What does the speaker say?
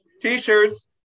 t-shirts